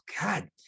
god